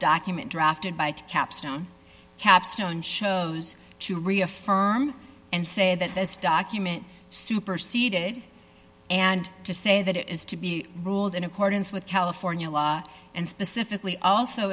document drafted by capstone capstone chose to reaffirm and say that this document superceded and to say that it is to be ruled in accordance with california law and specifically also